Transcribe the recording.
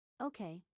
Okay